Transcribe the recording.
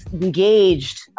engaged